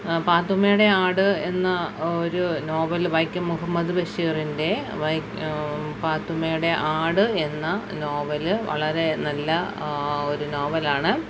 പാത്തുമ്മയുടെ ആട് എന്ന ഒരു നോവല് വൈക്കം മുഹമ്മദ് ബഷീറിൻ്റെ പാത്തുമ്മയുടെ ആട് എന്ന നോവല് വളരെ നല്ല ഒരു നോവലാണ്